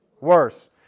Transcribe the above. worse